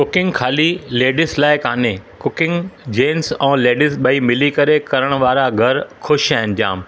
cooking ख़ाली ladies लाइ कोन्हे कुकिंग जेंट्स ऐं लेडीज़ ॿई मिली करे करणु वारा घरु ख़ुशि आहिनि जाम